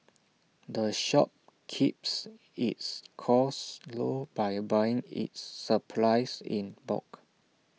the shop keeps its costs low by buying its supplies in bulk